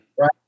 right